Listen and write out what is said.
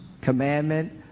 commandment